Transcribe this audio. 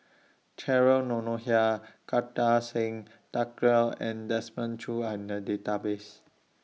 Cheryl Noronha Kartar Singh Thakral and Desmond Choo Are in The Database